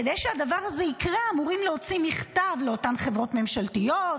כדי שהדבר הזה יקרה אמורים להוציא מכתב לאותן חברות ממשלתיות,